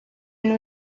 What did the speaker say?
and